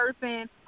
person